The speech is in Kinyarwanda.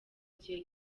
gihe